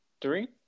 three